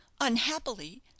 unhappily